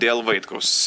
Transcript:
dėl vaitkaus